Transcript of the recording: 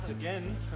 again